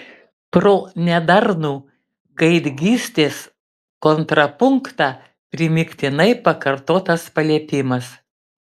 pro nedarnų gaidgystės kontrapunktą primygtinai pakartotas paliepimas